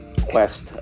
quest